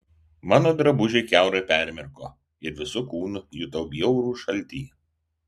mano drabužiai kiaurai permirko ir visu kūnu jutau bjaurų šaltį